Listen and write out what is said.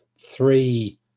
three